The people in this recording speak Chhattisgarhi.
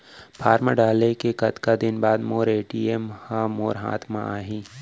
फॉर्म डाले के कतका दिन बाद मोर ए.टी.एम ह मोर हाथ म आही?